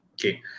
Okay